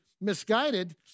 misguided